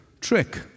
trick